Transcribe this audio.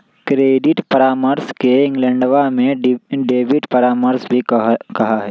credit परामर्श के इंग्लैंडवा में डेबिट परामर्श भी कहा हई